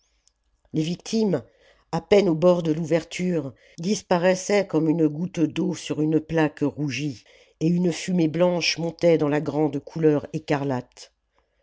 les victimes à peine au bord de l'ouverture disparaissaient comme une goutte d'eau sur une plaque rougie et une fumée blanche montait dans la grande couleur écarlate